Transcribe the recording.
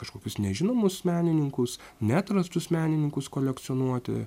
kažkokius nežinomus menininkus neatrastus menininkus kolekcionuoti